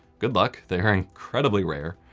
good luck, they're incredibly rare.